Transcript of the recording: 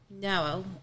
no